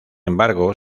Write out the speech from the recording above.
embargo